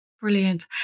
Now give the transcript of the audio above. Brilliant